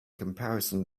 comparison